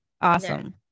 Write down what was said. Awesome